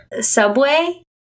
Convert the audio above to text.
subway